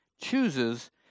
chooses